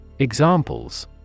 Examples